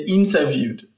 interviewed